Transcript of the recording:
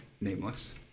Nameless